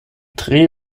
tre